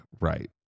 right